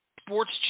sports